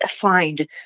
find